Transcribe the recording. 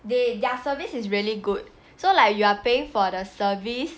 they their service is really good so like you are paying for the service